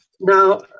Now